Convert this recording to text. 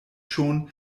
schon